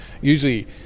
Usually